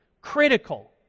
critical